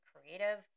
creative